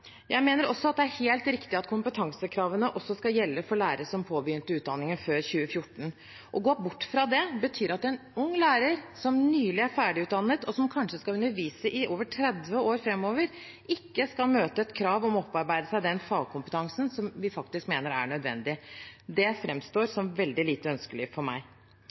Jeg mener det er helt riktig at kompetansekravene også skal gjelde for lærere som påbegynte utdanningen før 2014. Å gå bort fra det betyr at en ung lærer som nylig er ferdig utdannet og kanskje skal undervise i over 30 år framover, ikke skal møte et krav om å opparbeide seg den fagkompetansen vi faktisk mener er nødvendig. Det framstår som veldig lite ønskelig for meg.